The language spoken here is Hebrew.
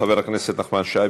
חבר הכנסת נחמן שי,